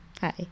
Hi